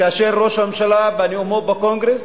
כאשר ראש הממשלה בנאומו בקונגרס